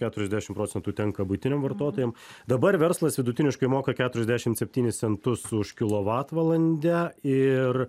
keturiasdešim procentų tenka buitiniam vartotojam dabar verslas vidutiniškai moka keturiasdešim septynis centus už kilovatvalandę ir